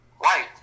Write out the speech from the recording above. White